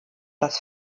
das